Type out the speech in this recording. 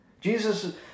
Jesus